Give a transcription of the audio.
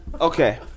Okay